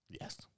Yes